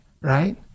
Right